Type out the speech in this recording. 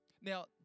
Now